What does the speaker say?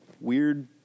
weird